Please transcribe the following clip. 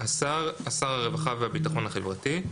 "השר" שר הרווחה והביטחון החברתי.